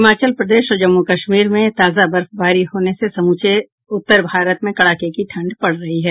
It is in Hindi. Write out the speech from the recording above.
हिमाचल प्रदेश और जम्मू कश्मीर में ताजा बर्फबारी होने से समूचे उत्तर भारत में कड़ाके की ठंड पड़ रही है